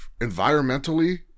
environmentally